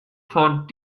von